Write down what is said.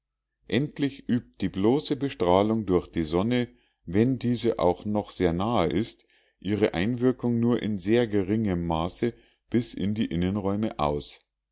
endlich übt die bloße bestrahlung durch die sonne wenn diese auch noch sehr nahe ist ihre einwirkung nur in sehr geringem maße bis in die innenräume aus